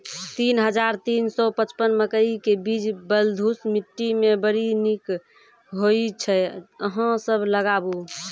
तीन हज़ार तीन सौ पचपन मकई के बीज बलधुस मिट्टी मे बड़ी निक होई छै अहाँ सब लगाबु?